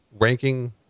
ranking